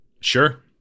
Sure